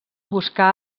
buscar